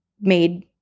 made